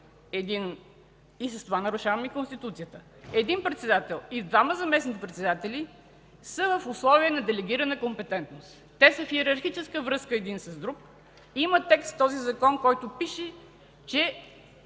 и с това нарушаваме Конституцията. Един председател и двама заместник-председатели са в условия на делегирана компетентност. Те са в йерархическа връзка един с друг и има текст в този Закон, в който пише, че